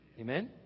Amen